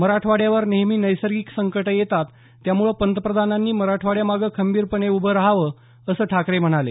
मराठवाड्यावर नेहमी नैसर्गिक संकटं येतात त्यामुळं पंतप्रधानांनी मराठवाड्यामागं खंबीरपणे उभं रहावं असं ठाकरे म्हणाले